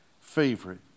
favorite